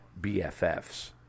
BFFs